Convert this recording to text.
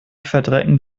verdrecken